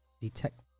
detect